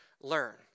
learn